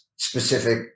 specific